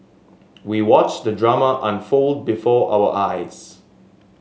we watched the drama unfold before our eyes